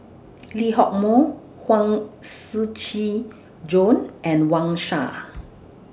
Lee Hock Moh Huang Shiqi Joan and Wang Sha